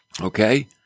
Okay